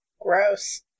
Gross